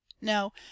no